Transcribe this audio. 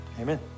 Amen